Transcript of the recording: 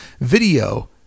Video